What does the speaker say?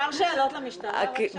אפשר שאלות למשטרה, בבקשה?